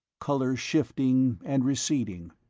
colors shifting and receding,